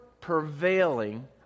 prevailing